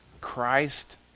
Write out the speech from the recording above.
Christ